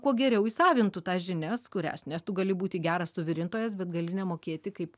kuo geriau įsavintų tas žinias kurias nes tu gali būti geras suvirintojas bet gali nemokėti kaip